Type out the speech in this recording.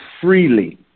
freely